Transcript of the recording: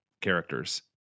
characters